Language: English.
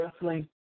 wrestling